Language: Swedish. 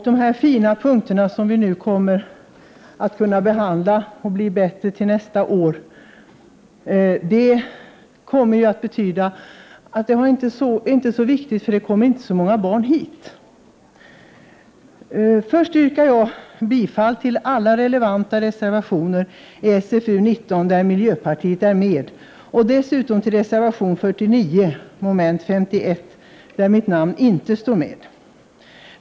De fina punkter som vi nu kommer att kunna behandla och som skall bli bättre till nästa år kommer att visa sig inte så viktiga, eftersom det inte kommer så många barn hit. Först yrkar jag bifall till alla relevanta reservationer i betänkande SfU19 som företrädare för miljöpartiet har undertecknat och dessutom till reservation 49, mom. 51, där mitt namn inte finns med.